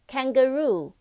Kangaroo